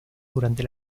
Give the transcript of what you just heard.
durante